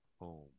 home